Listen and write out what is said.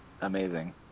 amazing